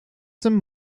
some